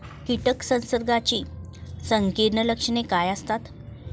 कीटक संसर्गाची संकीर्ण लक्षणे काय असतात?